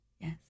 Yes